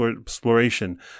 exploration